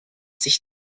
sich